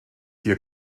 hier